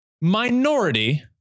minority